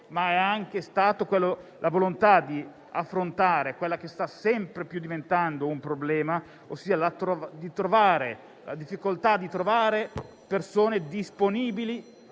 ma è anche stata la volontà di affrontare quello che sta diventando sempre di più un problema, ovvero la difficoltà di trovare persone disponibili